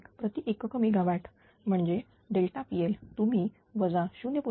01 प्रति एकक mega watt म्हणजेचpL तुम्ही वजा 0